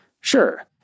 Sure